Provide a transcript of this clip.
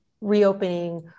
reopening